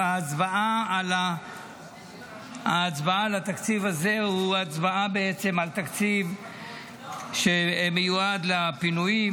ההצבעה על התקציב הזה היא בעצם הצבעה על תקציב שמיועד לפינויים,